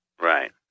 Right